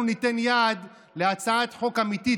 אנחנו ניתן יד להצעת חוק אמיתית,